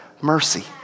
mercy